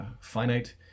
finite